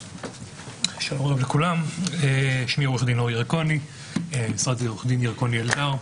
שלום לכולם, אני ממשרד עו"ד ירקוני אלדר.